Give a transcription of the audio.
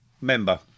member